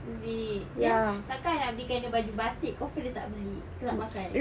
is it then tak kan I nak beli kan dia baju batik confirm dia tak beli tak pakai